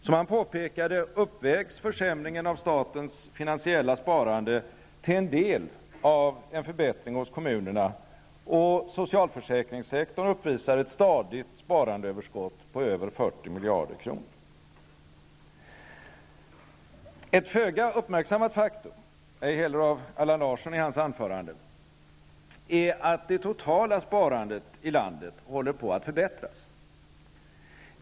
Som han påpekade uppvägs försämringen av statens finansiella sparande till en del av en förbättring hos kommunerna. Och socialförsäkringssektorn uppvisar ett stadigt sparandeöverskott på över 40 Ett föga uppmärksammat faktum, ej heller uppmärksammat av Allan Larsson i hans anförande, är att det totala sparandet i landet håller på att förbättras.